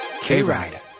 K-Ride